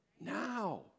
now